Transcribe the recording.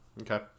Okay